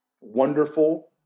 wonderful